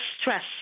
stress